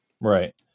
Right